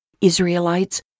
Israelites